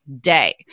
day